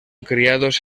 criados